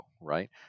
right